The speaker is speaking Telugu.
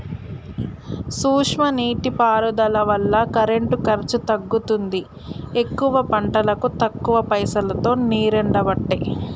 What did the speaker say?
సూక్ష్మ నీటి పారుదల వల్ల కరెంటు ఖర్చు తగ్గుతుంది ఎక్కువ పంటలకు తక్కువ పైసలోతో నీరెండబట్టే